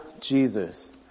Jesus